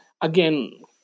Again